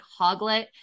Hoglet